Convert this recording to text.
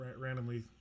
randomly